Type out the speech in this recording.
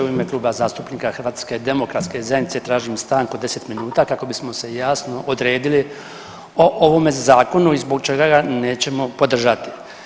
U ime Kluba zastupnika HDZ-a tražim stanku od 10 minuta kako bismo se jasno odredili o ovome zakonu i zbog čega ga nećemo podržati.